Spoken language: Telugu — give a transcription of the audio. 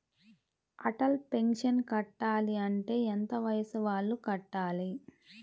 అటల్ పెన్షన్ కట్టాలి అంటే ఎంత వయసు వాళ్ళు కట్టాలి?